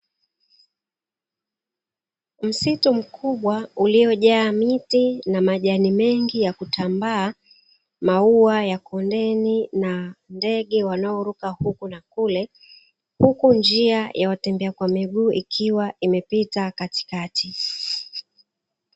Msitu mkubwa uliojaa miti na majani mengi yakutambaa, maua ya kondeni na ndege wanaoruka huku na kule, huku njia ya watembea kwa miguu ikiwa imepita katikati.